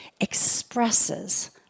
expresses